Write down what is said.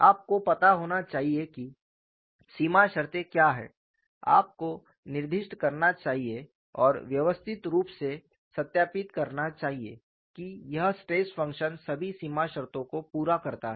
आपको पता होना चाहिए कि सीमा शर्तें क्या हैं आपको निर्दिष्ट करना चाहिए और व्यवस्थित रूप से सत्यापित करना चाहिए कि यह स्ट्रेस फ़ंक्शन सभी सीमा शर्तों को पूरा करता है